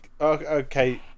okay